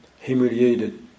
humiliated